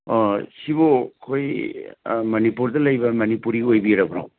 ꯁꯤꯕꯨ ꯑꯩꯈꯣꯏ ꯃꯅꯤꯄꯨꯔꯗ ꯂꯩꯕ ꯃꯅꯤꯄꯨꯔꯤ ꯑꯣꯏꯕꯤꯔꯕ꯭ꯔꯣ